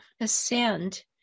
ascend